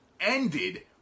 ended